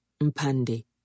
Mpande